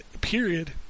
period